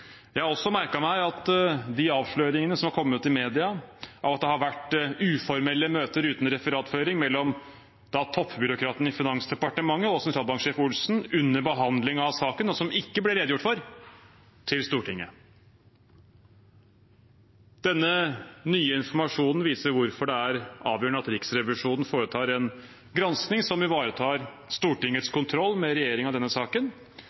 Jeg har også merket meg de avsløringene som har kommet i media om at det har vært uformelle møter uten referatføring mellom toppbyråkratene i Finansdepartementet og sentralbanksjef Olsen under behandling av saken, og som ikke ble redegjort for i Stortinget. Denne nye informasjonen viser hvorfor det er avgjørende at Riksrevisjonen foretar en gransking som ivaretar Stortingets kontroll med regjeringen i denne saken.